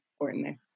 important